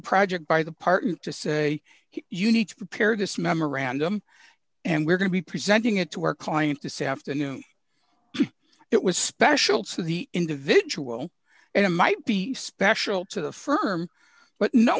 project by the party to say you need to prepare this memorandum and we're going to be presenting it to our client this afternoon it was special to the individual and it might be special to the firm but no